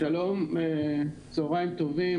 צהריים טובים.